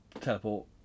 teleport